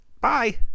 Bye